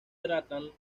tratan